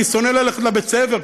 אני שונא ללכת לבית-ספר,